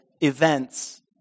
events